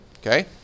Okay